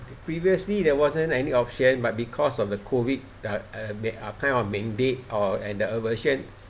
previously there wasn't any option but because of the COVID uh uh may of kind of mandate or and the aversion